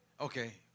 Okay